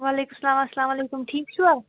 وعلیکُم السلام السلامُ علیکُم ٹھیٖک چھُوا